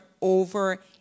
over